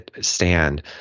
stand